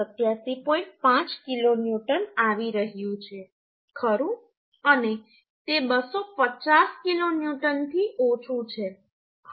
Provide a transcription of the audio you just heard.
5 kilonewton આવી રહ્યું છેખરું અને તે 250 કિલોન્યુટન થી ઓછું છેખરું